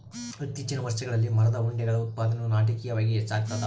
ಇತ್ತೀಚಿನ ವರ್ಷಗಳಲ್ಲಿ ಮರದ ಉಂಡೆಗಳ ಉತ್ಪಾದನೆಯು ನಾಟಕೀಯವಾಗಿ ಹೆಚ್ಚಾಗ್ತದ